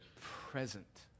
present